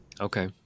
Okay